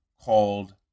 called